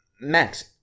Max